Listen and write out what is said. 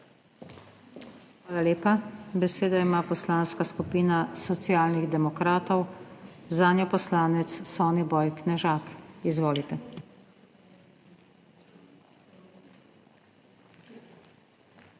Hvala lepa. Besedo ima Poslanska skupina Socialnih demokratov, zanjo poslanec Soniboj Knežak. Izvolite. **SONIBOJ